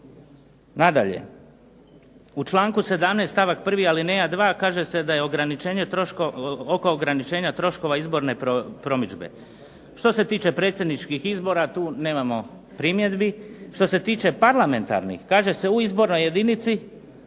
Nadalje. U članku 17. stavak 1. alineja 2. kaže se da je ograničenje, oko ograničenja troškova izborne promidžbe. Što se tiče predsjedničkih izbora tu nemamo primjedbi, što se tiče parlamentarnih, kaže se u izbornoj jedinici,